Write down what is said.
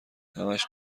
همش